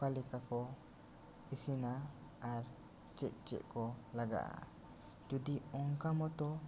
ᱚᱠᱟᱞᱮᱠᱟ ᱠᱚ ᱤᱥᱤᱱᱟ ᱟᱨ ᱪᱮᱫ ᱪᱮᱫ ᱠᱚ ᱞᱟᱜᱟᱜᱼᱟ ᱡᱩᱫᱤ ᱚᱝᱠᱟ ᱢᱚᱛᱚ